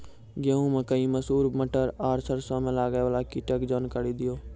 गेहूँ, मकई, मसूर, मटर आर सरसों मे लागै वाला कीटक जानकरी दियो?